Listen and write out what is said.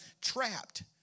trapped